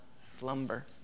slumber